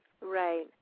Right